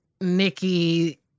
Nikki